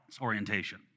orientation